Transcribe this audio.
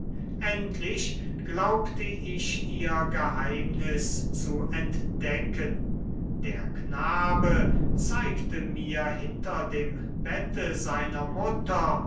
endlich glaubte ich ihr geheimnis zu entdecken der knabe zeigte mir hinter dem bette seiner mutter